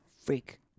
freak